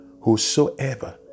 whosoever